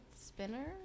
Spinner